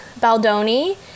Baldoni